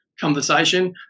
conversation